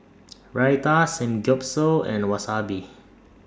Raita Samgeyopsal and Wasabi